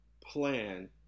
plan